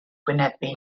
wynebu